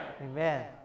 amen